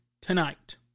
tonight